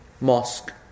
mosque